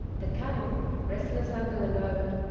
the camel, restless under the load,